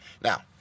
Now